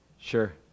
Sure